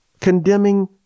condemning